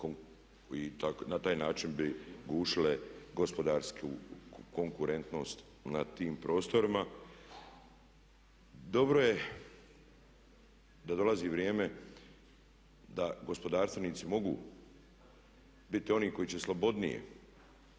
na taj način bi gušile gospodarsku konkurentnost na tim prostorima. Dobro je da dolazi vrijeme da gospodarstvenici mogu biti oni koji će slobodnije